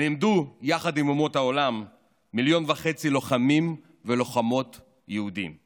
נעמדו יחד עם אומות העולם 1.5 מיליון לוחמים ולוחמות יהודים,